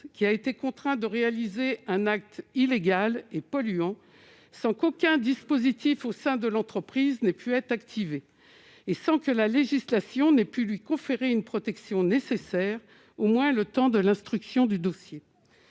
qui a été contraint de réaliser un acte illégal et polluants, sans qu'aucun dispositif au sein de l'entreprise n'ait pu être activé et sans que la législation n'est plus lui conférer une protection nécessaire au moins le temps de l'instruction du dossier,